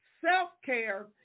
Self-care